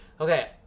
okay